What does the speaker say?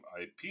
IP